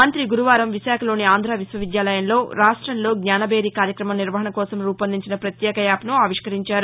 మంత్రి గురువారం విశాఖలోని ఆంధ్ర విశ్వ విద్యాలయంలో రాష్టంలో జ్ఞానభేరి కార్యక్రమం నిర్వహణ కోసం రూపొందించిన ప్రత్యేక యాప్ను ఆవిష్టరించారు